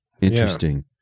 interesting